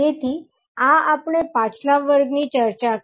તેથી આ આપણે પાછલા વર્ગની ચર્ચા કરી